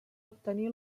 obtenir